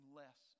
less